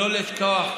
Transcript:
לא לשכוח,